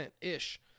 ish